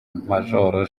majoro